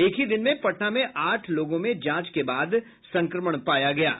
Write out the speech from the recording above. एक ही दिन में पटना में आठ लोगों में जांच के बाद संक्रमण पाया गया है